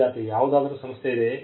ವಿದ್ಯಾರ್ಥಿ ಯಾವುದಾದರೂ ಸಂಸ್ಥೆ ಇದೆಯೇ